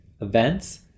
Events